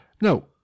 No